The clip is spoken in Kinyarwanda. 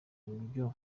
uburyo